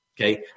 Okay